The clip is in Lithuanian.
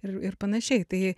ir ir panašiai tai